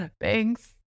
Thanks